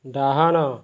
ଡାହାଣ